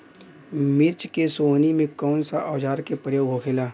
मिर्च के सोहनी में कौन सा औजार के प्रयोग होखेला?